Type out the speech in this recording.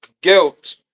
guilt